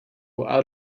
out